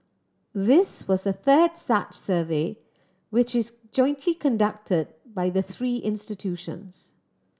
this was the third such survey which is conducted by the three institutions